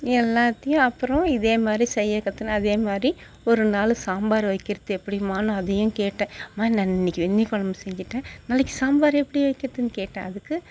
எல்லாத்தையும் அப்பறம் இதேமாதிரி செய்ய கற்றுக்கின அதேமாதிரி ஒரு நாள் சாம்பார் வைக்கிறது எப்படிமா அதையும் கேட்டேன் அம்மா நான் இன்னைக்கி வெந்தய குழம்பு செஞ்சிட்டேன் நாளைக்கி சாம்பார் எப்படி வைக்கிறதுனு கேட்டேன் அதுக்கு